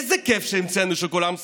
איזה כיף שהמצאנו שכולם שמאלנים,